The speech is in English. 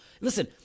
Listen